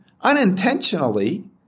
unintentionally